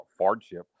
hardship